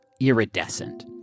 iridescent